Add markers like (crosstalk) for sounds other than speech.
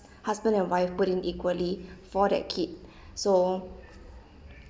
husband and wife put in equally for that kid (breath) so